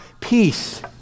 peace